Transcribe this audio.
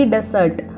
Desert